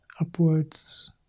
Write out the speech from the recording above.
upwards